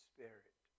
Spirit